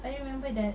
I remember that